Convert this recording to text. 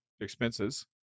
expenses